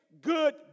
good